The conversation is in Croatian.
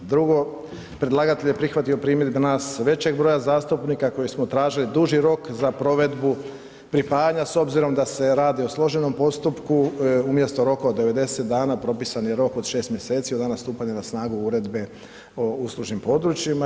Drugo, predlagatelj je prihvatio primjedbe nas većeg broja zastupnika koji smo tražili duži rok za provedbu pripajanja s obzirom da se radi o složenom postupku, umjesto roka od 90 dana propisan je rok od 6 mjeseci od dana stupanja na snagu Uredbe o uslužnim područjima.